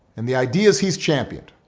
and the ideas he's championed,